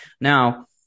Now